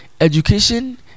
education